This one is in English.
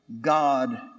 God